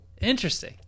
interesting